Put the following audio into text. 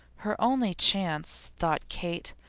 her only chance, thought kate,